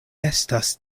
estas